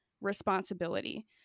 responsibility